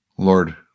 Lord